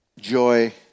joy